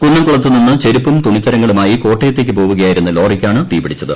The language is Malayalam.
കുന്നംകുളത്തുമ്പിന്റ് ചെരുപ്പും തുണിത്തരങ്ങളും ആയി കോട്ടയത്തേക്കു പോകൂകയായിരുന്ന ലോറിക്കാണ് തീപിടിച്ചത്